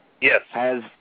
Yes